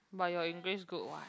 but your English good what